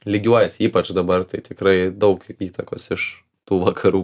lygiuojasi ypač dabar tai tikrai daug įtakos iš tų vakarų